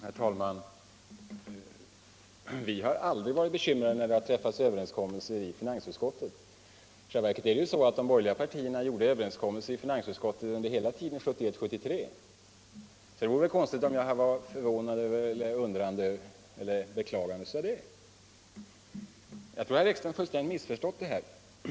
Herr talman! Vi har aldrig varit bekymrade när det har träffats överenskommelser i finansutskottet. I själva verket är det så att de borgerliga partierna gjort överenskommelser i finansutskottet under hela tiden 1971-1973. Då vore det väl konstigt om jag skulle uttrycka förvåning över det eller beklaga det. Jag tror att herr Ekström har missförstått det här.